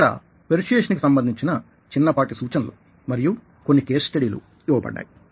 ఇక్కడ పెర్సుయేసన్ కి సంబంధించిన చిన్నపాటి సూచనలు మరియు కొన్ని కేస్ స్టడీలు ఇవ్వబడ్డాయి